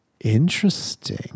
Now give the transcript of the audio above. Interesting